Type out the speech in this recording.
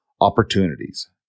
opportunities